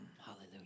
hallelujah